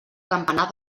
campanar